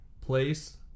place